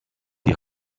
die